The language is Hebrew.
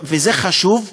וזה חשוב,